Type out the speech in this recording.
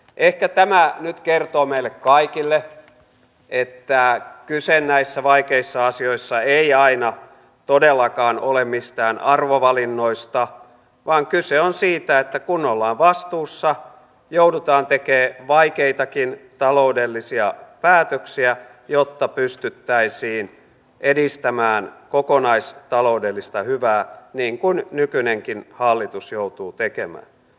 ehkä tämä nyt kertoo meille kaikille että kyse näissä vaikeissa asioissa ei aina todellakaan ole mistään arvovalinnoista vaan kyse on siitä että kun ollaan vastuussa joudutaan tekemään vaikeitakin taloudellisia päätöksiä jotta pystyttäisiin edistämään kokonaistaloudellista hyvää niin kuin nykyinenkin hallitus joutuu tekemään